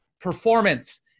performance